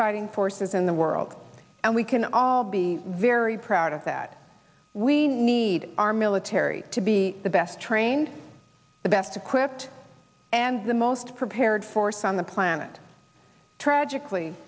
fighting forces in the world and we can all be very proud of that we need our military to be the best trained best equipped and the most prepared force on the planet tragically